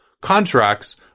contracts